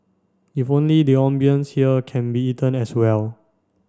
if only the ambience here can be eaten as well